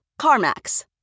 CarMax